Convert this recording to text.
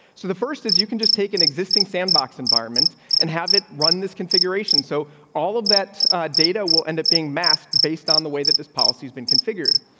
so the first is you could just take an existing sandbox environment and have it run this configuration so all of that data will end up being masked based on the way that this policy has been configured.